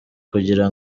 kugira